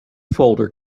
folder